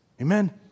Amen